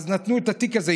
נתנו את התיק הזה,